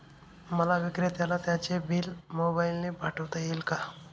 मला विक्रेत्याला त्याचे बिल मोबाईलने पाठवता येईल का?